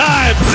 Time